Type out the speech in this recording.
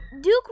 Duke